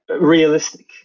realistic